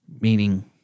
Meaning